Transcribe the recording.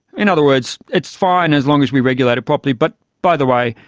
in other words, it's fine as long as we regulate it properly, but, by the way,